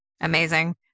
Amazing